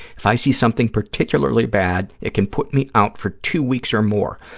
if i see something particularly bad, it can put me out for two weeks or more.